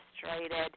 frustrated